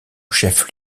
chef